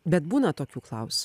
bet būna tokių klaus